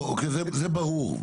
אוקיי, זה ברור.